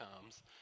comes